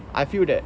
I feel that